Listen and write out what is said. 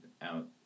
out